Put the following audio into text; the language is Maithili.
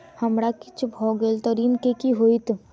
हमरा किछ भऽ गेल तऽ ऋण केँ की होइत?